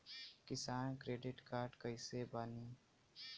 किसान credit card कइसे बानी?